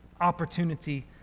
opportunity